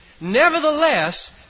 nevertheless